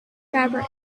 fabric